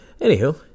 Anywho